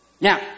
Now